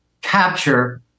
capture